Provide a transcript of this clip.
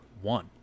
One